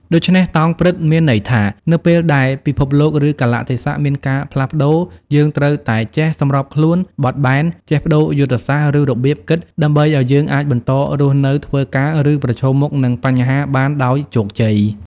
ដូច្នេះ "តោងព្រឹត្តិ" មានន័យថា នៅពេលដែលពិភពលោក ឬកាលៈទេសៈមានការផ្លាស់ប្តូរ យើងត្រូវតែចេះ សម្របខ្លួន បត់បែន ចេះប្តូរយុទ្ធសាស្ត្រ ឬរបៀបគិត ដើម្បីឱ្យយើងអាចបន្តរស់នៅ ធ្វើការ ឬប្រឈមមុខនឹងបញ្ហាបានដោយជោគជ័យ។